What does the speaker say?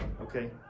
Okay